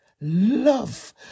love